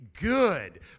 good